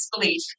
belief